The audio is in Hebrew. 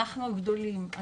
אנחנו הגדולים.